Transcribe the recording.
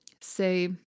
Say